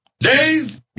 Dave